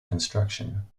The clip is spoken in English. construction